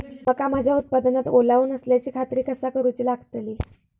मका माझ्या उत्पादनात ओलावो नसल्याची खात्री कसा करुची लागतली?